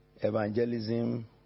evangelism